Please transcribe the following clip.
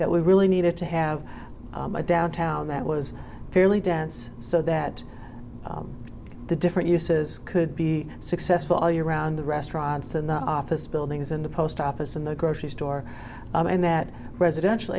that we really needed to have a downtown that was fairly dense so that the different uses could be successful all year round the restaurants and the office buildings and the post office and the grocery store and that residential